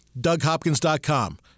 DougHopkins.com